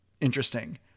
interesting